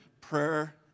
prayer